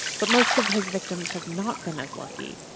but most of his victims have not been as lucky.